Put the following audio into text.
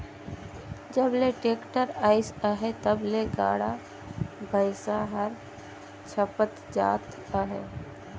जब ले टेक्टर अइस अहे तब ले गाड़ा बइला हर छपत जात अहे